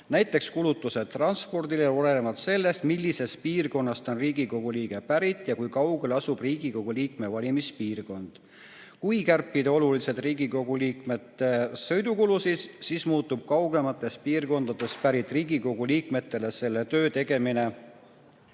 Näiteks kulutused transpordile olenevad sellest, millisest piirkonnast on Riigikogu liige pärit ja kui kaugel asub Riigikogu liikme valimispiirkond. Kui kärpida oluliselt Riigikogu liikmete sõidukulusid, siis muutub kaugematest piirkondadest pärit Riigikogu liikmetele oma töö tegemine